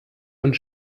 und